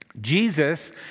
Jesus